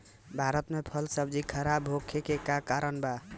भारत में फल सब्जी खराब होखे के का कारण बा?